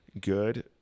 good